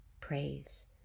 praise